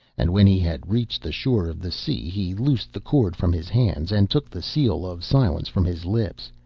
and when he had reached the shore of the sea, he loosed the cord from his hands, and took the seal of silence from his lips,